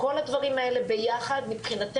זה כאמור,